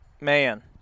man